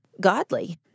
godly